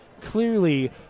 clearly